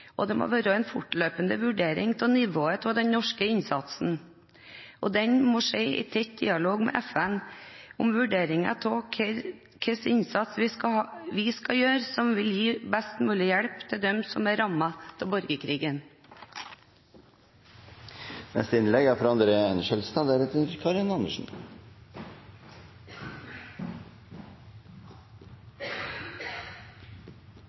og det må være en fortløpende vurdering av nivået på den norske innsatsen. Det må skje i tett dialog med FN med henblikk på hvordan vår innsats kan bli best mulig til hjelp for dem som er rammet av borgerkrigen. Først vil jeg starte med å gi ros til forslagsstillerne. Jeg synes det er